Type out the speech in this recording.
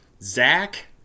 Zach